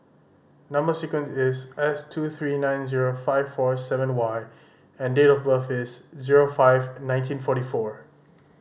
number sequence is S two three nine zero five four seven Y and date of birth is zero five nineteen forty four